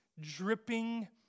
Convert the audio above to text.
dripping